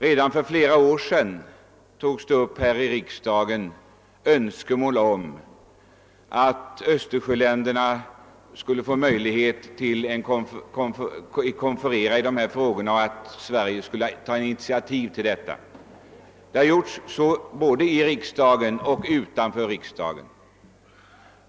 Redan för flera år sedan uttalades här i riksdagen önskemål om att Östersjöländerna skulle få möjlighet att konferera i dessa frågor och att Sverige skulle ta initiativ härtill. Detta har för övrigt gjorts både i och utanför riksdagen.